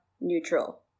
neutral